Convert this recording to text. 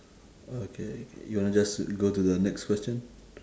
okay okay you wanna just go to the next question